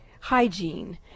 hygiene